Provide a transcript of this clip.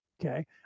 Okay